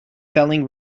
selling